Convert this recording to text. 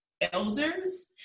elders